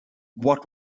what